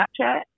Snapchat